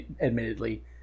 admittedly